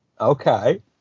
okay